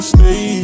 Stay